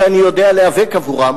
שאני יודע להיאבק עבורן,